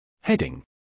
Heading